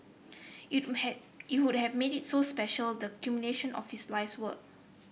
it would have it would have made it so special the culmination of his life's work